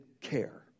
care